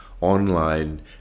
online